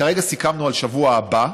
כרגע סיכמנו על השבוע הבא,